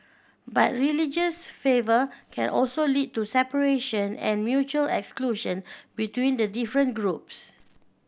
but religious fervour can also lead to separation and mutual exclusion between the different groups